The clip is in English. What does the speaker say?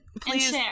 Please